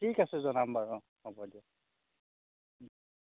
ঠিক আছে জনাম বাৰু অঁ হ'ব দিয়ক